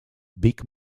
big